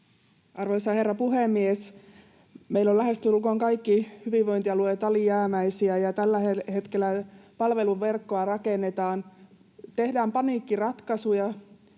Arvoisa herra puhemies! Meillä ovat lähestulkoon kaikki hyvinvointialueet alijäämäisiä, ja tällä hetkellä palveluverkkoa rakennetaan, tehdään paniikkiratkaisuja: